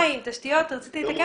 התשתיות והמים.